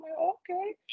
okay